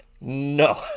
no